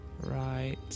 right